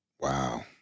Wow